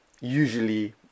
usually